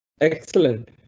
Excellent